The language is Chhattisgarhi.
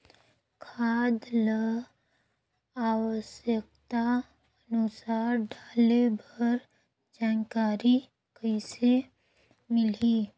खाद ल आवश्यकता अनुसार डाले बर जानकारी कइसे मिलही?